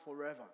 forever